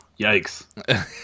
Yikes